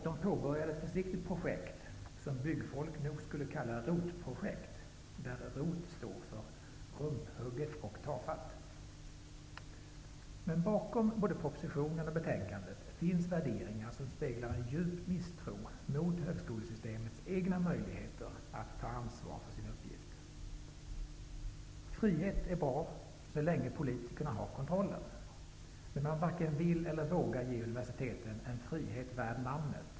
De påbörjade ett försiktigt projekt, som byggfolk nog skulle kalla ROT projekt, där ROT står för: Rumphugget Och Bakom både propositionen och betänkandet finns värderingar som speglar en djup misstro mot högskolesystemets egna möjligheter att ta ansvar för sin uppgift. Frihet är bra så länge politikerna har kontrollen. Men man varken vill eller vågar ge universiteten en frihet värd namnet.